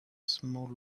small